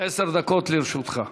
עשר דקות לרשותך.